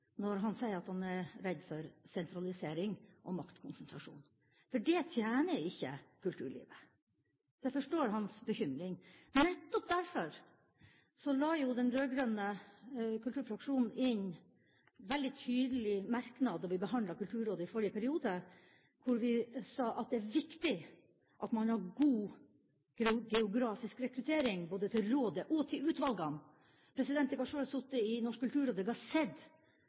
når han sier at han er redd for sentralisering og maktkonsentrasjon. For det tjener ikke kulturlivet. Så jeg forstår hans bekymring. Nettopp derfor la den rød-grønne kulturfraksjonen inn en veldig tydelig merknad da vi behandlet Kulturrådet i forrige periode, hvor vi sa at det er viktig at man har god geografisk rekruttering både til rådet og til utvalgene. Jeg har selv sittet i Norsk kulturråd, og jeg har sett